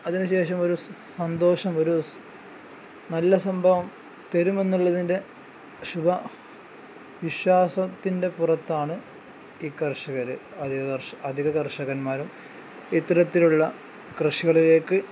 അതിനു ശേഷം ഒരു സന്തോഷം ഒരു നല്ല സംഭവം തരുമെന്നുള്ളതിൻ്റെ ശുഭ വിശ്വാസത്തിൻ്റെ പുറത്താണ് ഈ കർഷകർ അധികം അധികം കർഷകന്മാരും ഇത്തരത്തിലുള്ള കൃഷികളിലേക്ക്